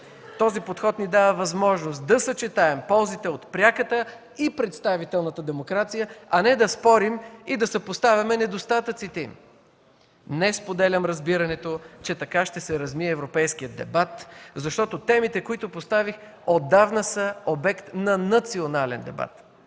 Този подход ни дава възможност да съчетаем ползите от пряката и представителната демокрация, а не да спорим и да съпоставяме недостатъците им. Не споделям разбирането, че така ще се размие европейският дебат, защото темите, които поставих, отдавна са обект на национален дебат.